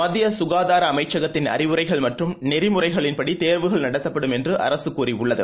மத்தியசுகாதாரஅமைச்சகத்தின் அறிவுரைகள் மற்றும் நெறிமுறைகளின் படி தேர்வுகள் நடத்தப்படும் என்றுஅரசுகூறியுள்ளது